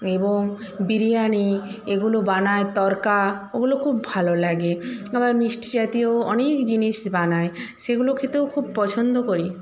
এবং বিরিয়ানি এগুলো বানায় তড়কা ওগুলো খুব ভালো লাগে আবার মিষ্টি জাতীয় অনেক জিনিস বানায় সেগুলো খেতেও খুব পছন্দ করি